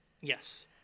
Yes